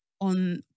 on